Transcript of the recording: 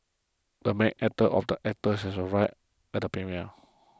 the main actor of the actor has arrived at the premiere